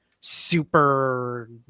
super